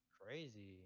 Crazy